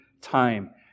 time